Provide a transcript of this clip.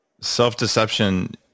Self-deception